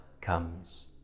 comes